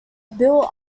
built